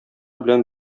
белән